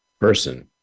person